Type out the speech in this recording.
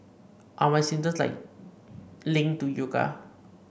are my symptoms like linked to yoga